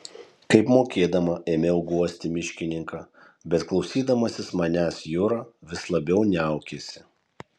kaip mokėdama ėmiau guosti miškininką bet klausydamasis manęs jura vis labiau niaukėsi